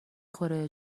خوره